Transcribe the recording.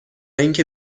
اینکه